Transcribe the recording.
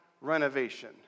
renovation